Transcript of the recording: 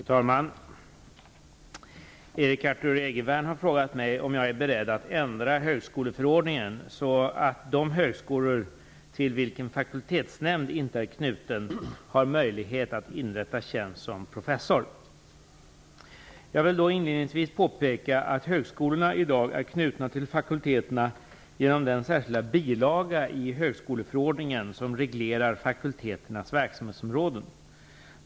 Fru talman! Erik Arthur Egervärn har frågat mig om jag är beredd att ändra högskoleförordningen så att de högskolor till vilken fakultetsnämnd inte är knuten har möjlighet att inrätta tjänst som professor. Jag vill inledningsvis påpeka att högskolorna i dag är knutna till fakulteterna genom den särskilda bilaga i högskoleförordningen som reglerar fakulteternas verksamhetsområden.